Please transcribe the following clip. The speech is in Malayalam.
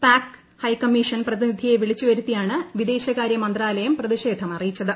പാക് ഹൈക്കമ്മീഷൻ പ്രതിനിധിയെ വിളിച്ചു വരുത്തിയാണ് വിദേശകാര്യ മന്ത്രാലയം അറിയിച്ചത്